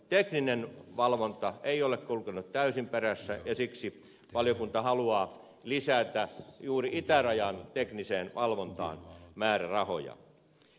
tekninen valvonta ei ole kulkenut täysin perässä ja siksi valiokunta haluaa lisätä juuri itärajan tekniseen valvontaan määrärahoja